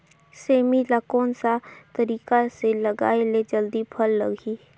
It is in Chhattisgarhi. सेमी ला कोन सा तरीका से लगाय ले जल्दी फल लगही?